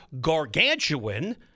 gargantuan